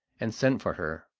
and sent for her.